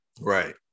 Right